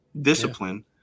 discipline